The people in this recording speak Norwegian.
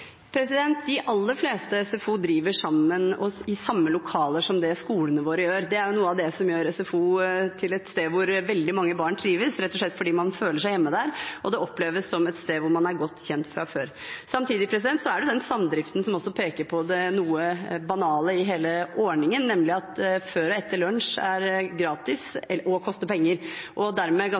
De aller fleste SFO-er driver i de samme lokalene som skolene våre gjør. Det er noe av det som gjør SFO til et sted hvor veldig mange barn trives, rett og slett fordi man føler seg hjemme der, og det oppleves som et sted hvor man er godt kjent fra før. Samtidig er det også den samdriften som peker på det noe banale i hele ordningen, nemlig at det som skjer før lunsj, er gratis, og det som skjer etter lunsj, koster penger. Dermed